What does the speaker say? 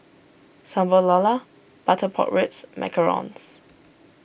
Sambal Lala Butter Pork Ribs Macarons